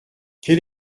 quel